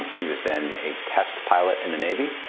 he was then a test pilot in the navy,